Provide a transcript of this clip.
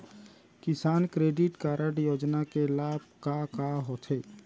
किसान credit card योजना के लाभ का का होथे?